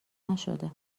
نشده